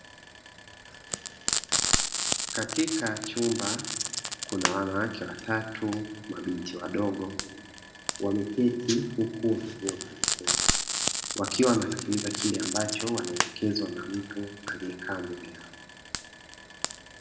Katika chumba kuna wanawake watatu mabinti wadogo wameketi huku wamevua barakoa, wakiwa wanasikiliza kile wanachoelekezwa na mtu aliekaa mbele yao.